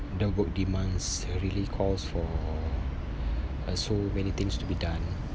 the work demands uh really calls for so uh many things to be done